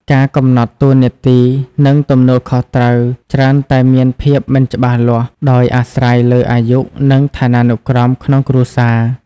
ការកំណត់តួនាទី និងទំនួលខុសត្រូវច្រើនតែមានភាពមិនច្បាស់លាស់ ដោយអាស្រ័យលើអាយុ និងឋានានុក្រមក្នុងគ្រួសារ។